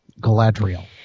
Galadriel